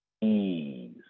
Ease